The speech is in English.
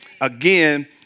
Again